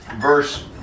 verse